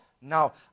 now